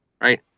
right